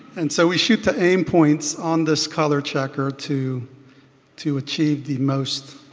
and so we shoot the aim points on this color checker to to achieve the most